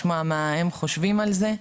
לשמוע מה הם חושבים על זה.